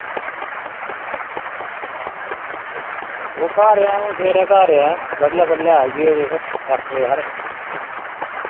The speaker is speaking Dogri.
ओह् घर गै अंऊ सबेरै घर गै बडलै बडलै आई जायो तुस अट्ठ बजे हारे